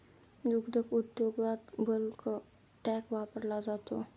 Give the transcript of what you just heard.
दुग्ध उद्योगात bulk tank वापरला जातो